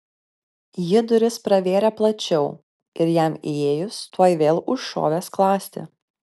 ji duris pravėrė plačiau ir jam įėjus tuoj vėl užšovė skląstį